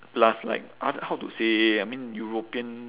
plus like us how to say I mean european